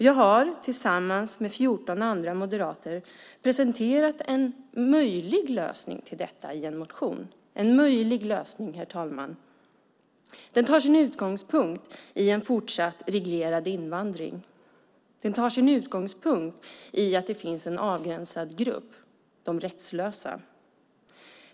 Jag har tillsammans med 14 andra moderater presenterat en möjlig lösning till detta i en motion. Den tar sin utgångspunkt i en fortsatt reglerad invandring. Den tar sin utgångspunkt i att det finns en avgränsad grupp - de rättslösa.